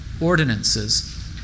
ordinances